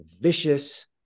vicious